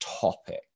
topic